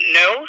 no